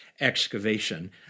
excavation